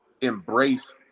embrace